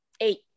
eight